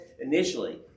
initially